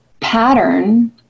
Pattern